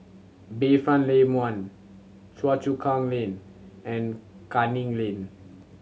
Bayfront Lane One Choa Chu Kang Lane and Canning Lane